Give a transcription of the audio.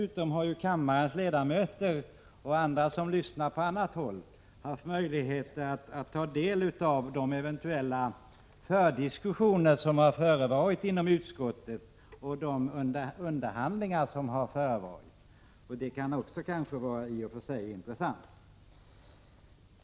Dessutom har ju kammarens ledamöter och andra som lyssnar på annat håll haft möjlighet att ta del av de fördiskussioner och underhandlingar som eventuellt har förekommit i utskottet, vilket också kan vara intressant.